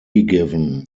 given